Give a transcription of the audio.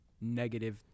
negative